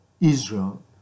Israel